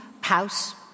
house